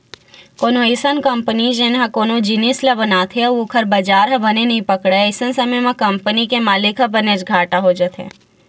कोनो अइसन कंपनी जेन ह कोनो जिनिस ल बनाथे अउ ओखर बजार ह बने नइ पकड़य अइसन समे म कंपनी के मालिक ल बनेच घाटा हो जाथे